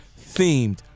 themed